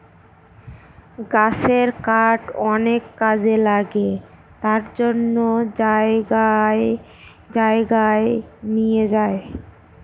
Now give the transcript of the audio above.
গাছের কাঠ অনেক কাজে লাগে তার জন্য জায়গায় জায়গায় নিয়ে যায়